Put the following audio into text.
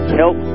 help